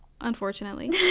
unfortunately